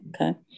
okay